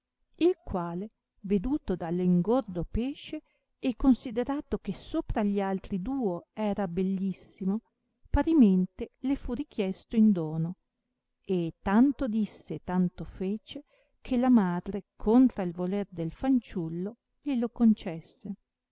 il quale veduto dallo ingordo pesce e considerato che sopra gli altri duo era bellissimo parimente le fu richiesto in dono e tanto disse e tanto fece che la madre contra il voler del fanciullo glielo concesse